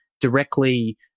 directly